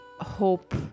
hope